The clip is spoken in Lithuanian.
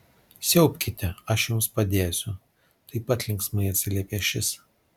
siaubkite aš jums padėsiu taip pat linksmai atsiliepė šis